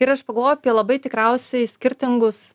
ir aš pagalvojau apie labai tikriausiai skirtingus